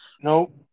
Nope